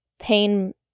pain